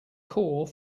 core